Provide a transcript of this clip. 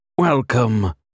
Welcome